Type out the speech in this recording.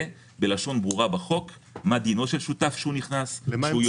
בלשון ברורה בחוק מה דינו של שותף כשהוא נכנס וכשהוא יוצא.